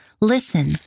Listen